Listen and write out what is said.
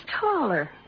taller